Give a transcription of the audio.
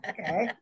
Okay